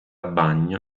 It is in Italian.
bagno